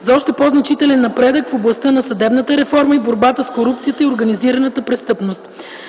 за още по-значителен напредък в областта на съдебната реформа и борбата с корупцията и организираната престъпност.